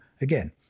again